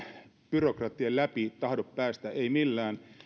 byrokratian läpi tahdo päästä eivät millään